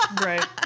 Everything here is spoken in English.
Right